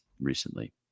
recently